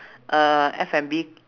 uh F&B